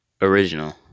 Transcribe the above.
Original